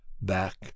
Back